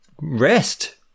rest